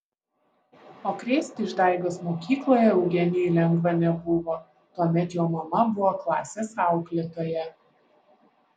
o krėsti išdaigas mokykloje eugenijui lengva nebuvo tuomet jo mama buvo klasės auklėtoja